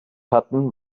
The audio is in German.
hatten